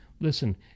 Listen